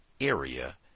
area